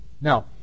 Now